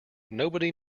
nobody